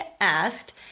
asked